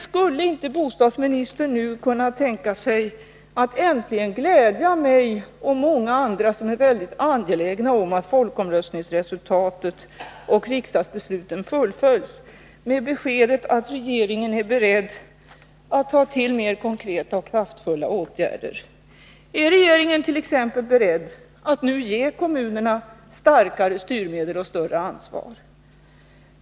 Skulle inte bostadsministern nu kunna tänka sig att äntligen glädja migoch Nr 102 många andra, som är angelägna om att folkomröstningsresultatet och Fredagen den riksdagsbesluten fullföljs, med beskedet att regeringen är beredd att ta till 19 mars 1982 mer konkreta och kraftfulla åtgärder? Är regeringen t.ex. beredd att nu ge kommunerna starkare styrmedel och större ansvar?